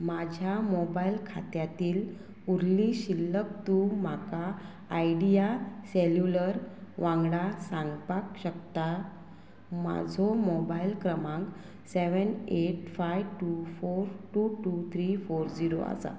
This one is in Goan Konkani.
म्हाज्या मोबायल खात्यांतील उरली शिल्लक तूं म्हाका आयडिया सॅल्युलर वांगडा सांगपाक शकता म्हाजो मोबायल क्रमांक seven eight five two four two two three four zero आसा